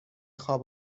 خواب